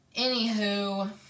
Anywho